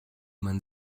man